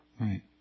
Right